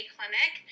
Clinic